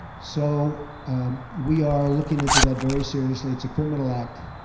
so we are looking into that very seriously. it's a criminal act.